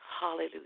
Hallelujah